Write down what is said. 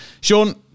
Sean